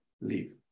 leave